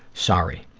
sorry.